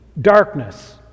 darkness